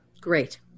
Great